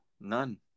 none